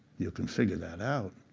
you can figure that out.